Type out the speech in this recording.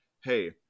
hey